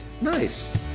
Nice